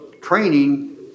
training